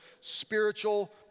spiritual